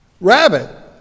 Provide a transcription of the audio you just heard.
Rabbit